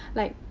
like,